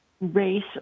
race